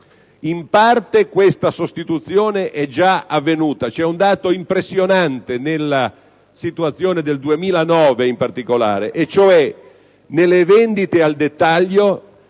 In parte ciò è già avvenuto. C'è un dato impressionante nella situazione del 2009 in particolare: nelle vendite al dettaglio,